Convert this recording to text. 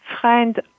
friend